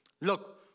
Look